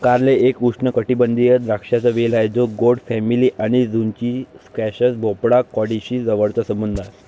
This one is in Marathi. कारले एक उष्णकटिबंधीय द्राक्षांचा वेल आहे जो गोड फॅमिली आणि झुचिनी, स्क्वॅश, भोपळा, काकडीशी जवळचा संबंध आहे